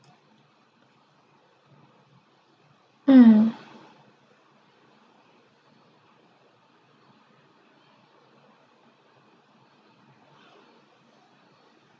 mm